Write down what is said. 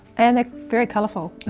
and they're very colorful.